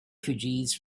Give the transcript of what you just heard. refugees